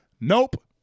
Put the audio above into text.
Nope